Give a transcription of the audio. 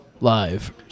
Live